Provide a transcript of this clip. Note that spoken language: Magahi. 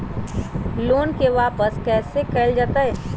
लोन के वापस कैसे कैल जतय?